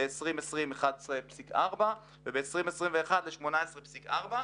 ב-2020 ל-11.4% וב-2021 ל-18.4%.